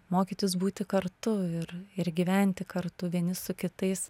mokytis būti kartu ir ir gyventi kartu vieni su kitais